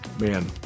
man